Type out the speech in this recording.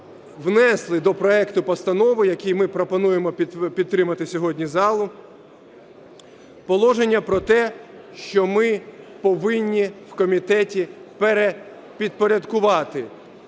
внесли до проекту постанови, який ми пропонуємо підтримати сьогодні залу, положення про те, що ми повинні в комітеті перепідпорядкувати